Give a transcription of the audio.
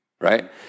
right